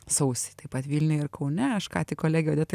sausį taip pat vilniuje ir kaune aš ką tik kolegei odetai